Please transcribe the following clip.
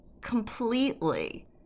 completely